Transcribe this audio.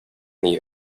the